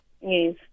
Yes